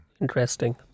Interesting